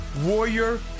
Warrior